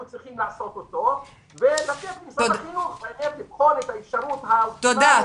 צריכים לעשות ושמשרד החינוך יבחן את האפשרות --- תודה,